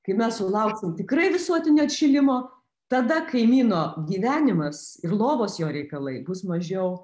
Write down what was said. kai mes sulauksim tikrai visuotinio atšilimo tada kaimyno gyvenimas ir lovos jo reikalai bus mažiau